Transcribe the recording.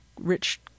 rich